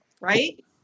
right